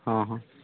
ହଁ ହଁ